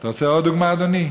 אתה רוצה עוד דוגמה, אדוני?